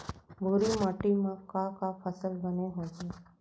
भूरा माटी मा का का फसल बने होही?